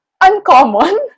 uncommon